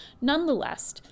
Nonetheless